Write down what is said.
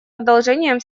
одолжением